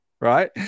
right